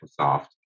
Microsoft